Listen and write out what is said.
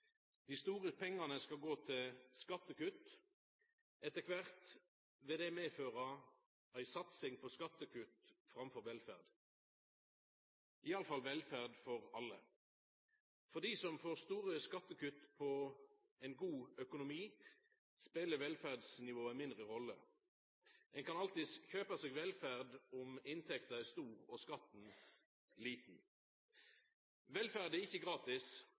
Dei store pengane skal gå til skattekutt. Etter kvart vil det medføra ei satsing på skattekutt framfor velferd, i alle fall velferd for alle. For dei som får store skattekutt på ein god økonomi, spelar velferdsnivået ei mindre rolle. Ein kan alltids kjøpa seg velferd om inntekta er stor og skatten liten. Velferd er ikkje gratis.